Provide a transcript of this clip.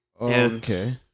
okay